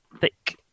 thick